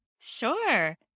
Sure